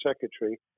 secretary